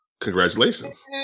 congratulations